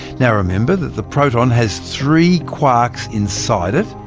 now, remember that the proton has three quarks inside it,